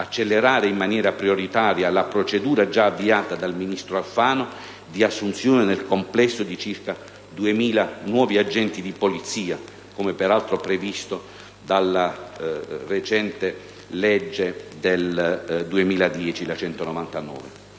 accelerare in maniera prioritaria la procedura già avviata dal ministro Alfano di assunzione, nel complesso, di circa 2.000 nuovi agenti di Polizia penitenziaria, come peraltro previsto dalla recente legge 26 novembre 2010, n. 199.